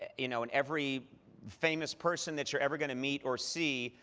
you know in every famous person that you're ever going to meet or see,